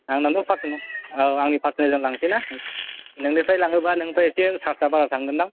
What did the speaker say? आंनावबो पार्स'नेल औ आंनि पार्स'नेलजों लांनोसै ना नोंनिफ्राय लाङोबा नोंनिफ्राय सार्सफ्रा बारा थांगोनदां